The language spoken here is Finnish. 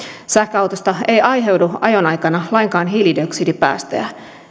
sähköautosta ei aiheudu ajon aikana lainkaan hiilidioksidipäästöjä